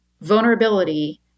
vulnerability